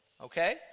okay